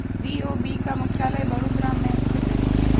BOB का मुख्यालय बड़ोदरा में स्थित है